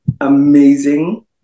amazing